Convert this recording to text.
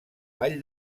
ball